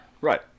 right